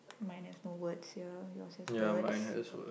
mine there's no words here yours has words